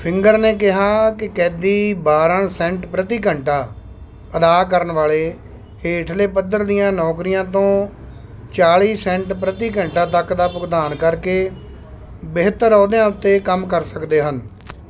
finger ਨੇ ਕਿਹਾ ਕਿ ਕੈਦੀ ਬਾਰ੍ਹਾਂ ਸੈਂਟ ਪ੍ਰਤੀ ਘੰਟਾ ਅਦਾ ਕਰਨ ਵਾਲੇ ਹੇਠਲੇ ਪੱਧਰ ਦੀਆਂ ਨੌਕਰੀਆਂ ਤੋਂ ਚਾਲੀ ਸੈਂਟ ਪ੍ਰਤੀ ਘੰਟਾ ਤੱਕ ਦਾ ਭੁਗਤਾਨ ਕਰਕੇ ਬਿਹਤਰ ਅਹੁਦਿਆਂ ਉੱਤੇ ਕੰਮ ਕਰ ਸਕਦੇ ਹਨ